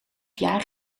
jaar